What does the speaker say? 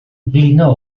blino